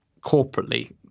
corporately